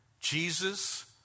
Jesus